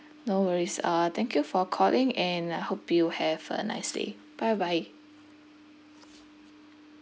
no worries uh thank you for calling and I hope you have a nice day bye bye